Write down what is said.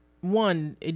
one